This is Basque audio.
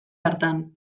hartan